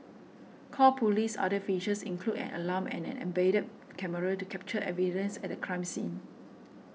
call Police's other features include an alarm and an embedded camera to capture evidence at a crime scene